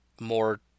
more